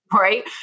right